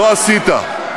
לא עשית.